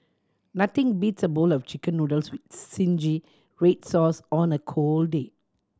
nothing beats a bowl of Chicken Noodles with zingy red sauce on a cold day